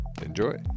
enjoy